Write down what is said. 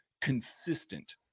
consistent